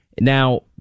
Now